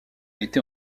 été